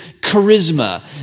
charisma